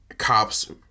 cops